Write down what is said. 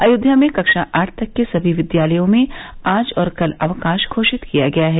अयोध्या में कक्षा आठ तक के सभी विद्यालयों में आज और कल अवकाश घोषित किया गया है